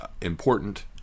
important